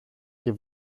και